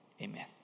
Amen